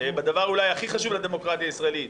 בדבר אולי הכי חשוב לדמוקרטיה הישראלית.